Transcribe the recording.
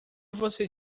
você